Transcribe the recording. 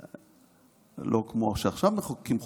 לא כמו שעכשיו מחוקקים חוק-יסוד,